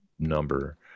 number